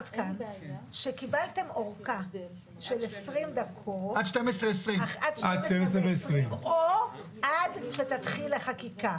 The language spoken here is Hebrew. את אמרת כאן שקיבלתם הארכה עד 12:20 או עד שתתחיל החקיקה.